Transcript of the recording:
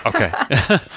Okay